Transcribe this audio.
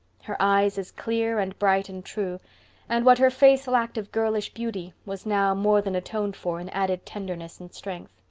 her eyes as clear and bright and true and what her face lacked of girlish beauty was now more than atoned for in added tenderness and strength.